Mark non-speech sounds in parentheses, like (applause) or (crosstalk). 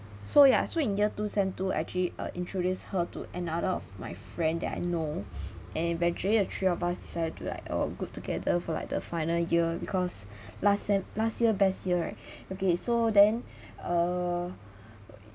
so ya so in year two sem two I actually uh introduced her to another of my friend that I know (breath) and eventually the three of us decided to like oh good together for like the final year because (breath) last sem last year best year right (breath) okay so then (breath) err